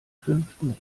fünften